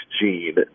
gene